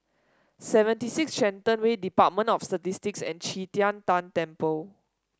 Seventy Six Shenton Way Department of Statistics and Qi Tian Tan Temple